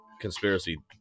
conspiracy